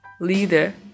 Leader